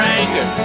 anger